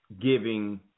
giving